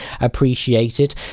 appreciated